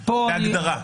בהגדרה.